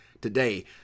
today